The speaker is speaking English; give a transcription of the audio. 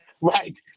right